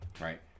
right